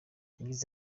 yagize